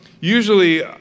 usually